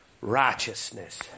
righteousness